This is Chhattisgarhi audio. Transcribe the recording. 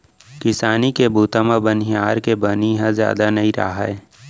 किसानी के बूता म बनिहार के बनी ह जादा नइ राहय